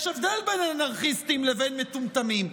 יש הבדל בין אנרכיסטיים לבין מטומטמים.